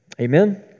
Amen